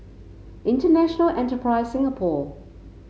International Enterprise Singapore